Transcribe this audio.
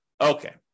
Okay